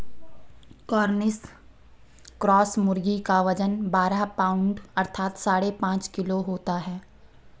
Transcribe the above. Cornish cross मुर्गी का वजन बारह पाउण्ड अर्थात साढ़े पाँच किलो होता है